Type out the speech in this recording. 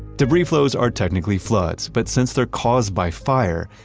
debris flows are technically floods but since they're caused by fire,